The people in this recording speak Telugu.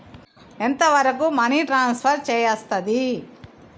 ఎంత వరకు మనీ ట్రాన్స్ఫర్ చేయస్తది?